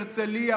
הרצליה,